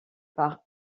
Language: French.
par